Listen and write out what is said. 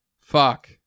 Fuck